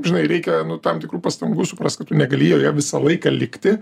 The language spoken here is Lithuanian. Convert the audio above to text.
žinai reikia nu tam tikrų pastangų suprast kad tu negali joje visą laiką likti